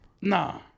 nah